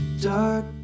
dark